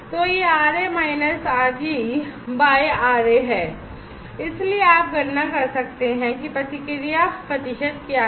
तो यह R a minus R g द्वारा R a है इसलिए आप गणना कर सकते हैं कि प्रतिक्रिया प्रतिशत क्या है